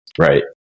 Right